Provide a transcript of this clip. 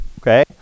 okay